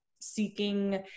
seeking